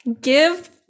give